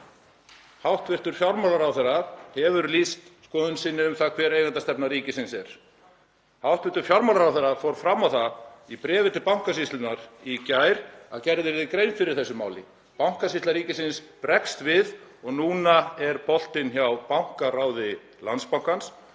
Hæstv. fjármálaráðherra hefur lýst skoðun sinni um það hver eigendastefna ríkisins er. Hæstv. fjármálaráðherra fór fram á það í bréfi til Bankasýslunnar í gær að gerð yrði grein fyrir þessu máli. Bankasýsla ríkisins bregst við og núna er boltinn hjá bankaráði Landsbankans